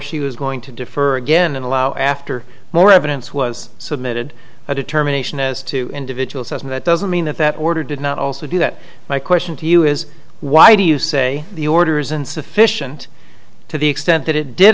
she was going to defer again and allow after more evidence was submitted a determination as to individuals and that doesn't mean that that order did not also do that my question to you is why do you say the order is insufficient to the extent that it did